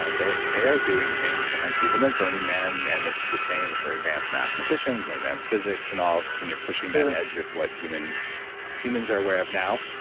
they they are doing things and i see them at burning man and it's the same for advanced mathematicians, and advanced physics and all because when you're pushing the edge of what humans humans are aware of now,